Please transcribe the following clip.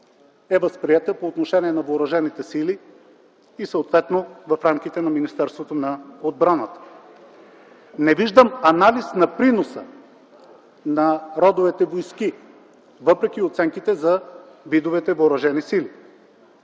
е възприета по отношение на въоръжените сили и съответно в рамките на Министерството на отбраната. Не виждам анализ на приноса на родовете войски, въпреки оценките за видовете въоръжени сили.